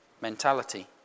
mentality